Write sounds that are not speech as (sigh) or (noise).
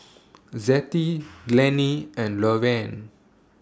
(noise) Zettie Glennie and Lorene